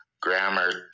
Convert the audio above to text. grammar